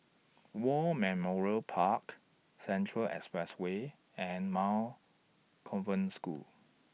War Memorial Park Central Expressway and Convent School